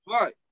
Right